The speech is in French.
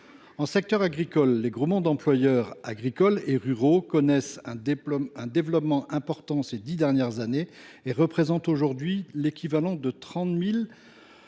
En secteur agricole, les groupements d’employeurs agricoles et ruraux connaissent un développement important ces dix dernières années et représentent aujourd’hui 30 000